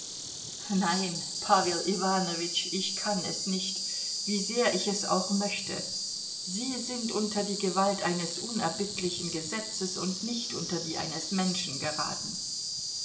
nein pawel iwanowitsch ich kann es nicht wie sehr ich es auch möchte sie sind unter die gewalt eines unerbittlichen gesetzes und nicht unter die eines menschen geraten